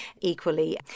equally